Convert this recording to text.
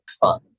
fun